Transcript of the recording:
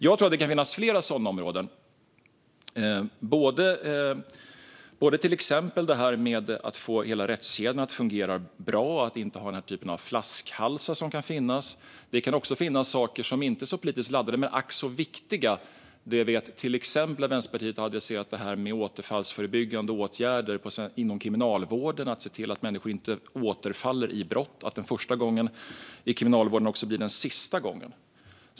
Jag tror att det kan finnas fler sådana områden, till exempel detta med att få hela rättskedjan att fungera bra och undvika den typ av flaskhalsar som kan finnas. Det kan också finnas saker som inte är så politiskt laddade men ack så viktiga. Jag vet till exempel att Vänsterpartiet har tagit sig an detta med återfallsförebyggande åtgärder inom Kriminalvården - att se till att människor inte återfaller i brott utan att den första gången i Kriminalvården också blir den sista.